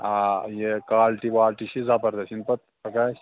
آ یہِ کالٹی والٹی چھِ یہِ زَبردَس یِنہٕ پَتہٕ پَگاہ